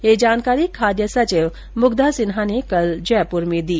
यह जानकारी खाद्य सचिव मुग्धा सिन्हा ने कल जयपुर में दी